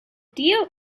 deal